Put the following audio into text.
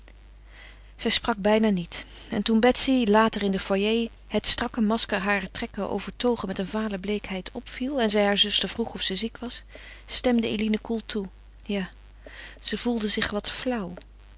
zij sprak bijna niet en toen betsy later in den foyer het strakke masker harer trekken overtogen met een vale bleekheid opviel en zij haar zuster vroeg of ze ziek was stemde eline koel toe ja ze voelde zich wat flauw